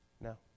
No